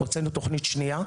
הוצאנו תוכנית שנייה,